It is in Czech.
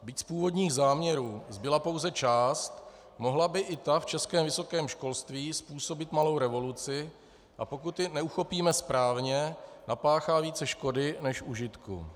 Byť z původních záměrů zbyla pouze část, mohla by i ta v českém vysokém školství způsobit malou revoluci, a pokud ji neuchopíme správně, napáchá více škody než užitku.